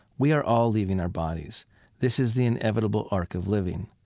we are all leaving our bodies this is the inevitable arc of living.